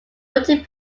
voting